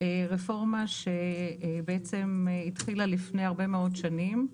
רפורמה שבעצם התחילה לפני הרבה מאוד שנים,